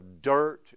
dirt